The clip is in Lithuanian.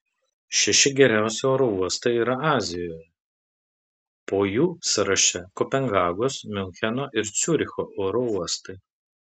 šeši geriausi oro uostai yra azijoje po jų sąraše kopenhagos miuncheno ir ciuricho oro uostai